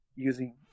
using